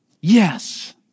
yes